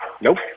Nope